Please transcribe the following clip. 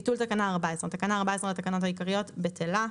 ביטול תקנה 14 3. תקנה 14 לתקנות העיקריות בטלה.